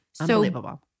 unbelievable